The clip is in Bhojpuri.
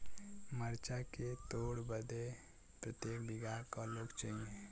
मरचा के तोड़ बदे प्रत्येक बिगहा क लोग चाहिए?